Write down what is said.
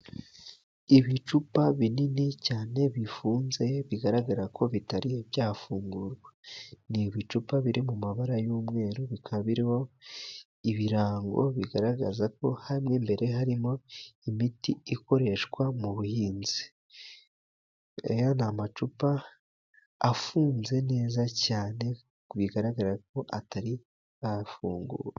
Ibicupa binini cyane bifunze bigaragarako bitari byafungurwa, ni ibicupa biri mu mabara y'umweru bikaba biriho ibirango bigaragaza ko aha mo imbere harimo imiti ikoreshwa mu buhinzi . Aya ni amacupa afunze neza cyane bigaragara ko atari yafungurwa.